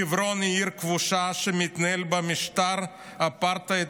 "חברון היא עיר כבושה שמתנהל בה משטר אפרטהייד